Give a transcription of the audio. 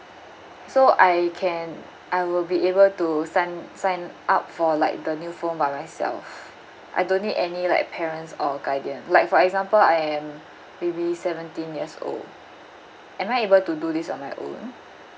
so I can I will be able to sign signed up for like the new phone by myself I don't need any like parents or guardian like for example I am will be seventeen years old am I able to do this on my own